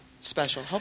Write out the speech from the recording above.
Special